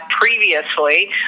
previously